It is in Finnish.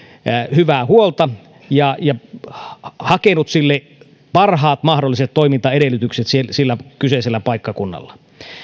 hyvää huolta ja ja hakenut sille parhaat mahdolliset toimintaedellytykset sillä kyseisellä paikkakunnalla